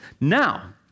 Now